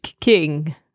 King